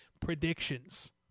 predictions